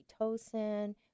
oxytocin